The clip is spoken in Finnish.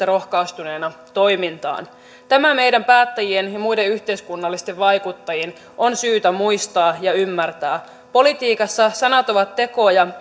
rohkaistuneena toimintaan tämä meidän päättäjien ja muiden yhteiskunnallisten vaikuttajien on syytä muistaa ja ymmärtää politiikassa sanat ovat tekoja